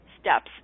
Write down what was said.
steps